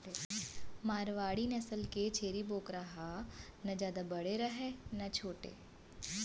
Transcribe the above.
मारवाड़ी नसल के छेरी बोकरा ह न जादा बड़े रहय न छोटे